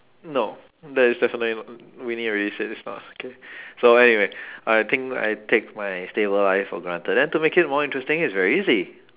no that is definitely not winnie already said this stuff K so anyway I think I take my stable life for granted then to make it more interesting is very easy